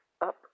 up